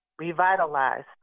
Revitalized